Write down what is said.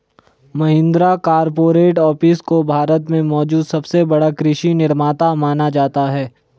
Mahindra corporate office को भारत में मौजूद सबसे बड़ा कृषि निर्माता माना जाता है